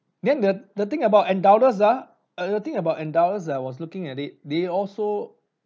then the the thing about endowus ah uh the thing about endowus I was looking at it they also